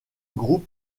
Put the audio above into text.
groupe